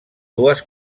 dues